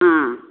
ம்ம்